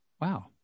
Wow